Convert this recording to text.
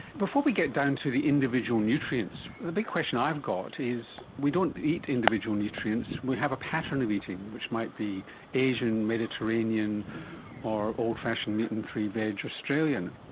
before we get down to the individual nutrients, the big question i've got is we don't eat individual nutrients, we have a pattern of eating which might be asian, mediterranean or old-fashioned meat and three veg australian.